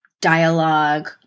dialogue